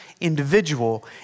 individual